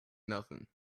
nothing